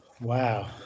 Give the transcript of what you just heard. Wow